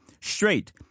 Straight